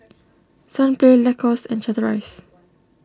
Sunplay Lacostes and Chateraise